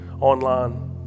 online